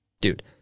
Dude